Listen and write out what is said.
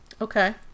Okay